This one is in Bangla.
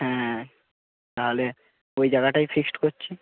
হ্যাঁ তাহলে ওই জায়গাটাই ফিক্সড করছি